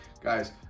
Guys